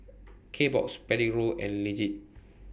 Kbox Prego and Lindt